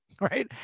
Right